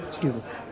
Jesus